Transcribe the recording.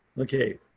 okay,